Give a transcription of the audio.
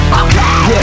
okay